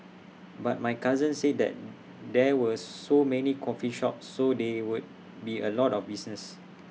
but my cousin said that there were so many coffee shops so they would be A lot of business